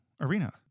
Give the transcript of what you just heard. Arena